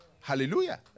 Hallelujah